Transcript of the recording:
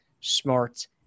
smart